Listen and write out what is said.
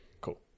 Cool